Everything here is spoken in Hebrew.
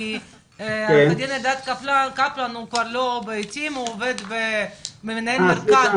כי קפלן הוא כבר לא באיתים הוא עובד כמנהל מרכז